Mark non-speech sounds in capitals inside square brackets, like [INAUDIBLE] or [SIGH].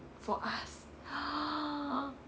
for us [NOISE]